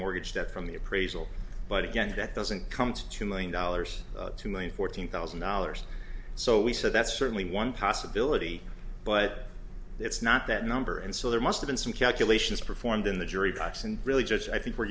mortgage debt from the appraisal but again that doesn't come to two million dollars two million fourteen thousand dollars so we said that's certainly one possibility but it's not that number and so there must in some calculations performed in the jury box and really just i think we're